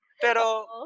Pero